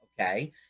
Okay